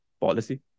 policy